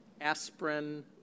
aspirin